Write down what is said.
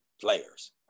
players